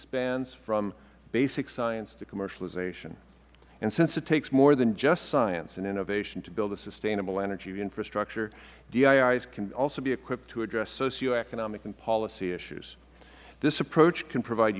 spans from basic science to commercialization and since it takes more than just science and innovation to build a sustainable energy infrastructure diis can also be equipped to address socioeconomic and policy issues this approach can provide